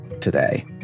today